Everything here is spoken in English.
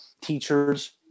teachers